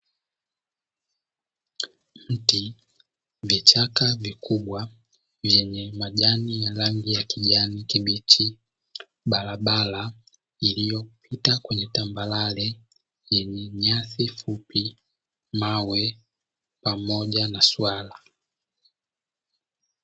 Mti, vichaka vikubwa vyenye majani ya rangi ya kijani kibichi, barabara iliyopita kwenye tambarare yenye nyasi fupi, mawe pamoja na swala.